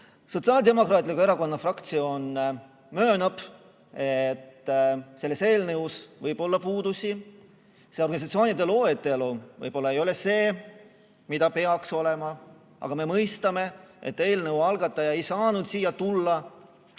on. Sotsiaaldemokraatliku Erakonna fraktsioon möönab, et sellel eelnõul võib olla puudusi. See organisatsioonide loetelu võib-olla ei ole see, mis peaks olema. Aga me mõistame, et eelnõu algataja ei saanud siia tulla kolme